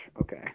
Okay